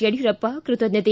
ಯಡಿಯೂರಪ್ಪ ಕೃತಜ್ಞತೆ